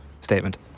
statement